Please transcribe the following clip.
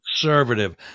conservative